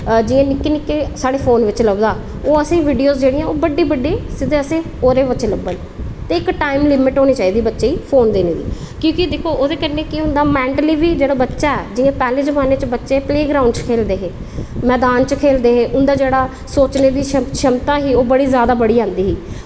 अजें निक्के निक्के साढ़े फोन च लभदा ओह् असेंगी वीडियो जेह्ड़ियां ओह् बड्डी बड्डी ओह्दे बिच लब्भन ते इक्क टाईम लिमिट होनी चाहिदी बच्चे ई फोन देने दी की के दिक्खो ओह्दे कन्नै मैंटली बी जेह्ड़ा बच्चा ऐ जियां पैह्ले जमानै च बच्चे प्लेग्राऊंड च खेल्लदे हे मैदान च खेल्लदे हे उंदा जेह्ड़ा उंदी जेह्ड़ी सोचने दी क्षमता ही ओह् बड़ी जादा बधी जंदी ही